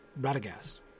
Radagast